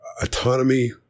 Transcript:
autonomy